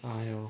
!aiyo!